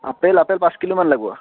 apple apple পাঁচ কিলোমান লাগিব